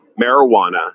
marijuana